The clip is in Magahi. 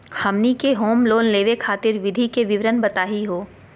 हमनी के होम लोन लेवे खातीर विधि के विवरण बताही हो?